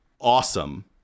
awesome